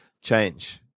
change